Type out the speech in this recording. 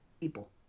people